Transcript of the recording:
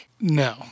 No